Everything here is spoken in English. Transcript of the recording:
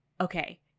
okay